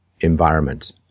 environment